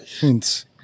hints